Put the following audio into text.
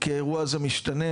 כי האירוע הזה משתנה,